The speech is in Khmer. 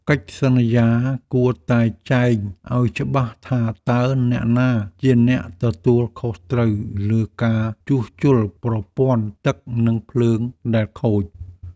កិច្ចសន្យាគួរតែចែងឱ្យច្បាស់ថាតើអ្នកណាជាអ្នកទទួលខុសត្រូវលើការជួសជុលប្រព័ន្ធទឹកនិងភ្លើងដែលខូច។